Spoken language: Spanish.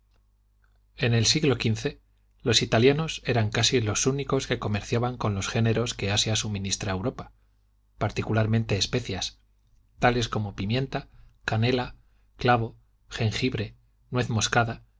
en el siglo xv los italianos eran casi los únicos que comerciaban con los géneros que asia suministra a europa particularmente especias tales como pimienta canela clavo jengibre nuez moscada